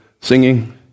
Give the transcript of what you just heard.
singing